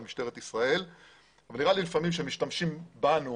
משטרת ישראל אבל נראה לפעמים שמשתמשים בנו